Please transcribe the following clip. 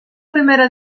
primera